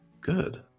good